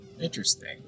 Interesting